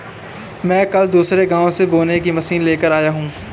मैं कल दूसरे गांव से बोने की मशीन लेकर आऊंगा